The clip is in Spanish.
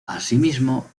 asimismo